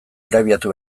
irabiatu